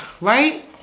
Right